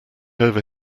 over